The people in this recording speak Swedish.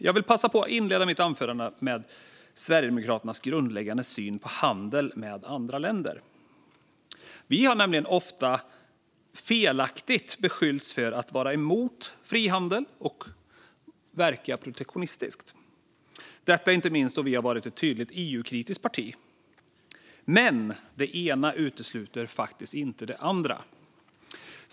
Jag vill passa på att inleda mitt anförande med Sverigedemokraternas grundläggande syn på handel med andra länder. Vi har nämligen ofta felaktigt beskyllts för att vara emot frihandel och verka protektionistiskt, detta inte minst då vi varit ett tydligt EU-kritiskt parti. Men det ena utesluter faktiskt inte det andra.